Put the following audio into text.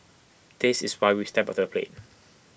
this is why we've stepped up to the plate